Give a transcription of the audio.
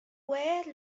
where